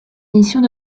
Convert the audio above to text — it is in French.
missions